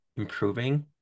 improving